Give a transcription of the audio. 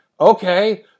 okay